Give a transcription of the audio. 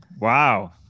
Wow